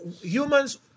humans